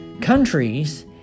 countries